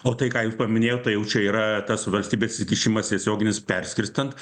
o tai ką jūs paminėjot tai jau čia yra tas valstybės įsikišimas tiesioginis perskirstant